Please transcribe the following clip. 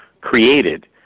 created